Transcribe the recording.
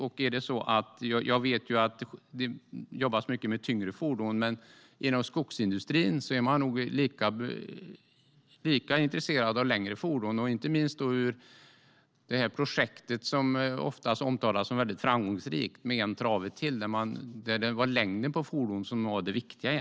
Jag vet att det jobbas mycket med tyngre fordon, men skogsindustrin är nog lika intresserad av längre fordon. Det gällde inte minst i projektet En trave till, som ofta omtalas som mycket framgångsrikt. Där var det längden på fordonet som var det viktiga.